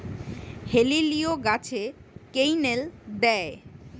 হেলিলিও গাছে ক্যানেল দেয়?